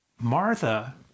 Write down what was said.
Martha